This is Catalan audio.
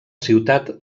ciutat